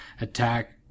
attack